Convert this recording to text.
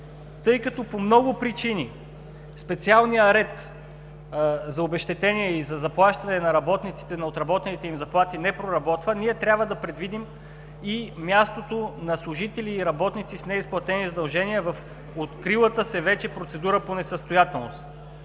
Тъй като по много причини специалният ред за обезщетение и за заплащане на работниците на отработените им заплати не проработва, ние трябва да предвидим и мястото на служители и работници с неизплатени задължения в открилата се вече процедура по несъстоятелност.